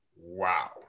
Wow